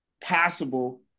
possible